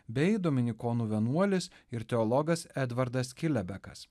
bei dominikonų vienuolis ir teologas edvardas kilebekas